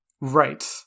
Right